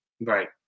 Right